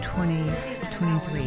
2023